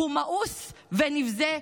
הוא מאוס ונבזה.